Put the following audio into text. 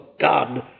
God